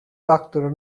doctor